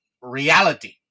reality